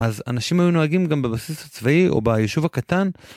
אז אנשים היו נוהגים גם בבסיס הצבאי או ביישוב הקטן.